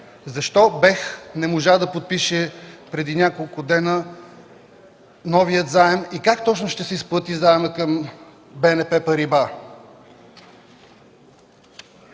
Защо БЕХ не можа да подпише преди няколко дни новия заем и как точно ще се изплати той към „БНП Париба”?